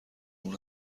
اون